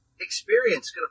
experience